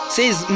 Says